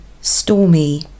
stormy